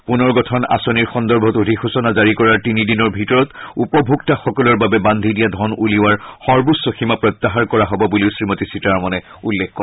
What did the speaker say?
পুনৰ্গঠন আঁচনি সন্দৰ্ভত অধিসূচনা জাৰি কৰাৰ তিনি দিনৰ ভিতৰত উপভোক্তাসকলৰ বাবে বান্ধি দিয়া ধন উলিওৱাৰ সৰ্বোচ্চ সীমা প্ৰত্যাহাৰ কৰা হ'ব বুলিও শ্ৰীমতী সীতাৰমণে উল্লেখ কৰে